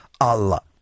Allah